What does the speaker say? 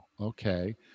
okay